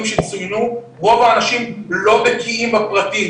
שצוינו רוב האנשים לא בקיאים בפרטים,